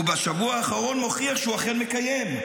ובשבוע האחרון הוכיח שהוא אכן מקיים.